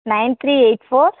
nine three eight four